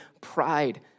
pride